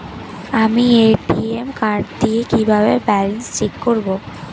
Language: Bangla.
আমি এ.টি.এম কার্ড দিয়ে কিভাবে ব্যালেন্স চেক করব?